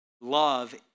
Love